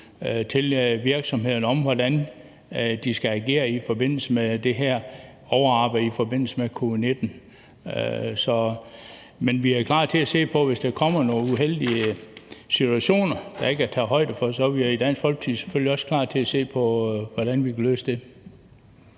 til virksomhederne, om, hvordan de skal agere i forbindelse med det her overarbejde i forbindelse med covid-19. Men vi er klar til at se på det, hvis der kommer nogle uheldige situationer, der ikke er taget højde for, for så er vi i Dansk Folkeparti selvfølgelig også klar til at se på, hvordan vi kan løse det.